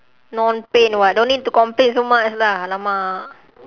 non pain what don't need to complain so much lah !alamak!